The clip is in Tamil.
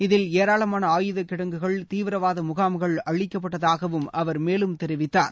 இதில் ஏராளமான ஆயுத கிடங்குகள் தீவிரவாத முகாம்கள் அழிக்கப்பட்டதாகவும் அவர் மேலும் தெரிவித்தார்